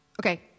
Okay